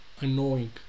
annoying